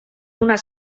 donar